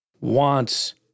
wants